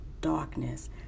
darkness